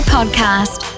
Podcast